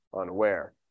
unaware